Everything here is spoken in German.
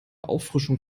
auffrischung